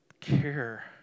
care